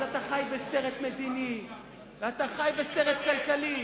אז אתה חי בסרט מדיני ואתה חי בסרט כלכלי.